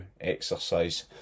exercise